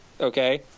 okay